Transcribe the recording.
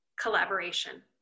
collaboration